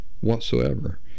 whatsoever